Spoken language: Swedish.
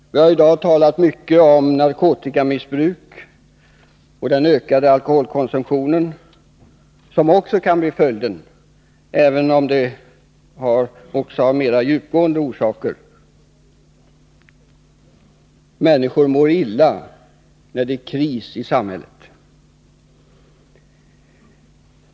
Vi har i dag talat mycket om narkotikamissbruk och ökad alkoholkonsumtion, som också kan bli följden, även om sådant också har mera djupgående orsaker. Människor mår illa när det är kris i samhället.